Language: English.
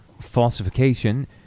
falsification